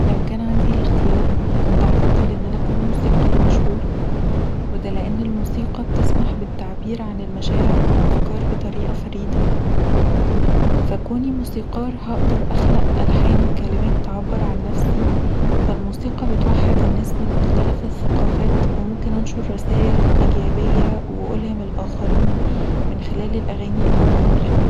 لو كان عندي الاختيار كنت هفضل اني اكون موسيقار مشهور ودا لأن الموسيقي بتسمح بالتعبير عن المشاعر والافكار بطريقه فريده فكوني موسيقار هقدر اخلق ألحان وكلمات تعبر عن نفسي فالموسيقي بتوحد الناس من مختلف الثقافات وممكن انشر رسائل ايجابيه وألهم الآخرين من خلال الأغاني اللي انا بعملها